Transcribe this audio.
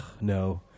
no